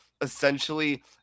essentially